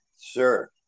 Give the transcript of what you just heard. Sure